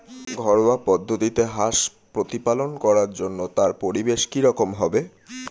ঘরোয়া পদ্ধতিতে হাঁস প্রতিপালন করার জন্য তার পরিবেশ কী রকম হবে?